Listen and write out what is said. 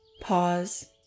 pause